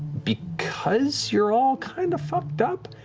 because you're all kind of fucked up,